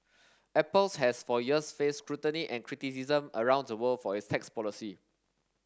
Apples has for years faced scrutiny and criticism around the world for its tax policies